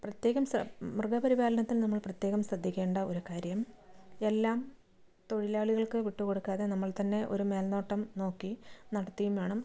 പ്രത്യേകം മൃഗപരിപാലനത്തിൽ നമ്മൾ പ്രത്യേകം ശ്രദ്ധിക്കേണ്ട ഒരു കാര്യം എല്ലാം തൊഴിലാളികൾക്ക് വിട്ടുകൊടുക്കാതെ നമ്മൾ തന്നെ ഒരു മേൽനോട്ടം നോക്കി നടത്തിയും വേണം